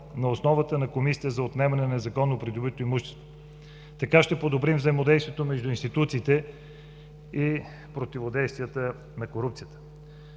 на основата на Комисията за отнемане на незаконно придобито имущество. Така ще подобрим взаимодействието между институциите и противодействието на корупцията.